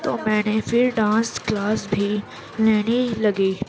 تو میں نے پھر ڈانس کلاس بھی لینے لگی